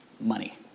money